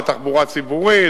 ותחבורה ציבורית,